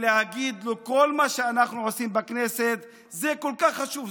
ולהגיד לו: כל מה שאנחנו עושים בכנסת זה כל כך חשוב,